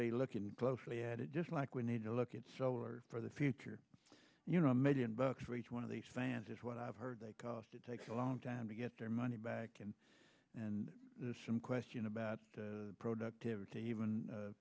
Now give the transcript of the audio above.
debate looking closely at it just like we need to look at solar for the future you know a million bucks for each one of these fans is what i've heard they cost it takes a long time to get their money back in and some question about productivity even